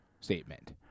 statement